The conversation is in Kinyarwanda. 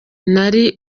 nari